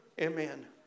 Amen